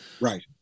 Right